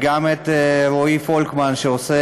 גם רועי פולקמן עושה